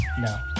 No